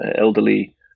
elderly